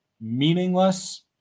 meaningless